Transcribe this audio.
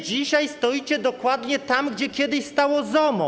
Dzisiaj stoicie dokładnie tam, gdzie kiedyś stało ZOMO.